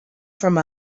from